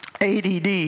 ADD